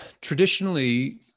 traditionally